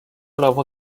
l’avant